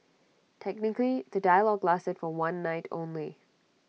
technically the dialogue lasted for one night only